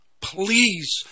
please